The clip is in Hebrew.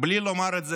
בלי לומר את זה